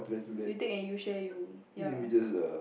you take and you share you ya